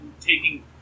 taking